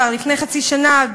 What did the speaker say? כבר לפני חצי שנה,